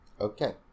Okay